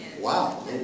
Wow